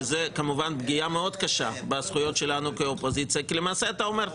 וזה כמובן פגיעה מאוד קשה בזכויות שלנו כאופוזיציה כי למעשה אתה אומר,